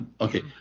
Okay